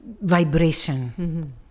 vibration